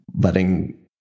letting